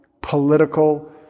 political